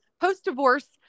post-divorce